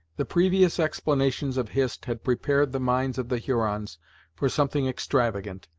the previous explanations of hist had prepared the minds of the hurons for something extravagant,